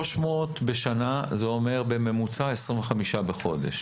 300 בשנה, זה אומר בממוצע 25 בחודש.